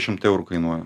šimtai eurų kainuoja